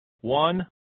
one